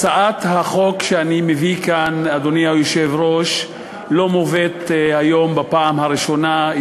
הצעת החוק שאני מביא כאן אינה מובאת היום בפעם הראשונה,